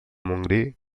montgrí